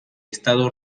estado